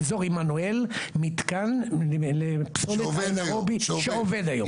שקלים באזור עמנואל מתקן פסולת שעובד היום.